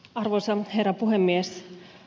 arvoisa herra puhemies